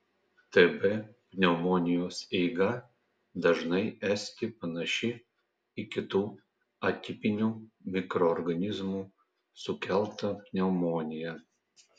tb pneumonijos eiga dažnai esti panaši į kitų atipinių mikroorganizmų sukeltą pneumoniją